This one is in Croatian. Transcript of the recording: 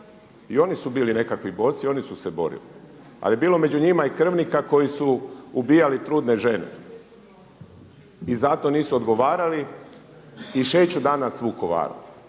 I oni su bili nekakvi borci i oni su se borili. Ali bilo je među njima i krvnika koji su ubijali trudne žene i zato nisu odgovarali i šeću danas Vukovarom.